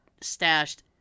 stashed